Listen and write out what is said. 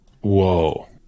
Whoa